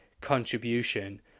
contribution